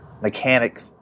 mechanic